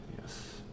Yes